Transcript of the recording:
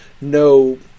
no